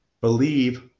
believe